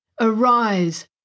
arise